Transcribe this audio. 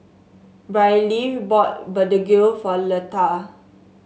Briley bought begedil for Letha